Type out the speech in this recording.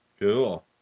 Cool